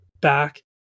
back